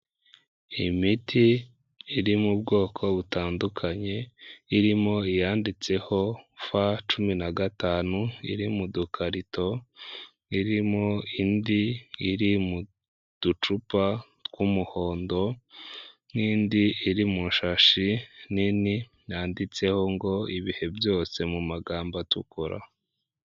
Imiti iri mu bwoko butandukanye irimo iyanditseho F cumi na gatanu iri mu dukarito, irimo indi iri mu ducupa tw'umuhondo, n'indi iri mu ishashi nini yanditseho ngo ibihe byose mu magambo atukura.